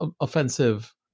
offensive